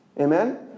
Amen